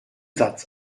satz